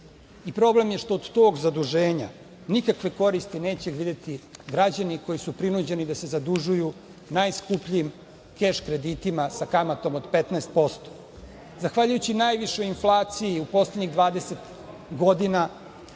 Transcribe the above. problem je što od tog zaduženja nikakve koristi neće videti ni građani koji su prinuđeni da se zadužuju najskupljim keš kreditima sa kamatom od 15%.Zahvaljujući najvećoj inflaciji u poslednjih 20 godina,